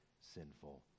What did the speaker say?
Sinful